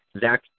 Zach